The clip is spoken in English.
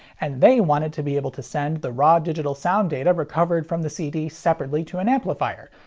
and they wanted to be able to send the raw digital sound data recovered from the cd separately to an amplifier,